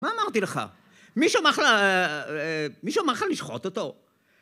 מה אמרתי לך? מישהו אמר לך מישהו אמר לך לשחוט אותו?